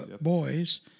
boys